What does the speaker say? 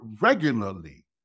regularly